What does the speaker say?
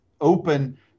open